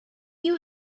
you